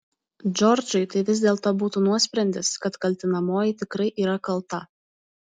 džordžui tai vis dėlto būtų nuosprendis kad kaltinamoji tikrai yra kalta